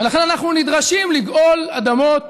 ולכן אנחנו נדרשים לגאול אדמות